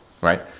Right